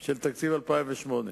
של תקציב 2008,